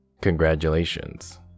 Congratulations